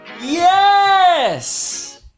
Yes